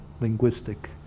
linguistic